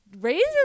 razor